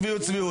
צביעות צביעות,